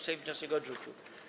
Sejm wniosek odrzucił.